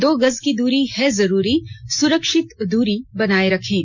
दो गज की दूरी है जरूरी सुरक्षित दूरी बनाए रखें